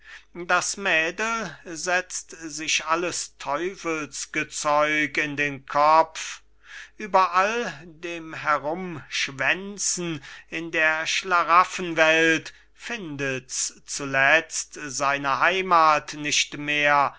das mädel setzt sich alles teufelsgezeug in den kopf über all dem herumschwänzen in der schlaraffenwelt findet's zuletzt seine heimath nicht mehr